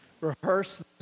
rehearse